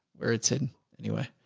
where it's in anyway,